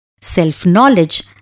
self-knowledge